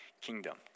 kingdom